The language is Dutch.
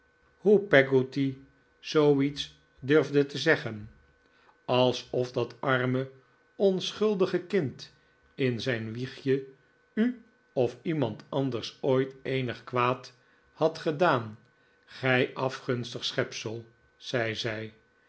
hoe peggotty zoo iets durfde te zeggen alsof dat arme onschuldige kind in zijn wiegje u of iemand anders ooit eenig kwaad had gedaan gij afgunstig schepsel zei